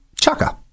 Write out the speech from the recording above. Chaka